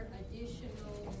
additional